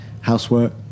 housework